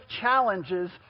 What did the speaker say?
challenges